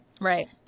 Right